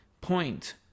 point